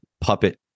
puppet